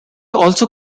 also